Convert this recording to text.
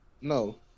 No